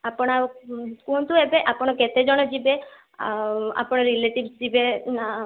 ଆପଣ ଆଉ କୁହନ୍ତୁ ଏବେ ଆପଣ କେତେଜଣ ଯିବେ ଆଉ ଆପଣଙ୍କ ରିଲେଟିଭ୍ସ ଯିବେ ନା